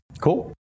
Cool